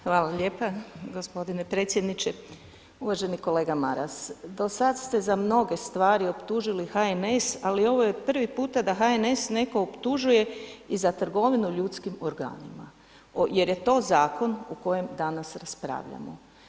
Hvala lijepa gospodine predsjedniče, uvaženi kolega Maras do sad ste za mnoge stvari optužili HNS, ali ovo je prvi puta da HNS netko optužuje i za trgovinu ljudskim organima, jer je to zakon o kojem danas raspravljamo.